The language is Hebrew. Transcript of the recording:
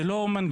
זה לא מנגנון,